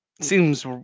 seems